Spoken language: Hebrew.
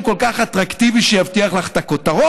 כל כך אטרקטיבי שיבטיח לך את הכותרות,